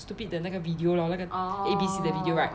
stupid 的那个 video lor 那个 A_B_C 的 video right